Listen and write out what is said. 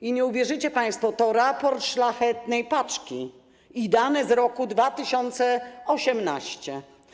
I nie uwierzycie państwo, to raport Szlachetnej Paczki i dane z roku 2018.